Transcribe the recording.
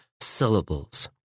syllables